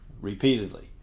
repeatedly